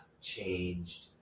changed